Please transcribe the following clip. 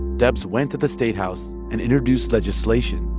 debs went to the state house and introduced legislation.